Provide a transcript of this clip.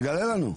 תגלה לנו.